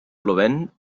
plovent